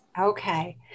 Okay